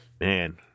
Man